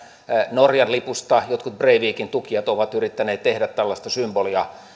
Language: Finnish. norjan lipusta jotkut breivikin tukijat ovat yrittäneet tehdä tällaista symbolia